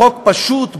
חוק פשוט,